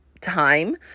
time